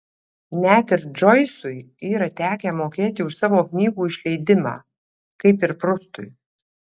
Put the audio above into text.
net ir džoisui yra tekę mokėti už savo knygų išleidimą kaip ir prustui